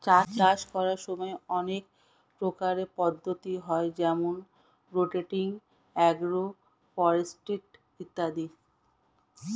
চাষ করার সময় অনেক প্রকারের পদ্ধতি হয় যেমন রোটেটিং, এগ্রো ফরেস্ট্রি ইত্যাদি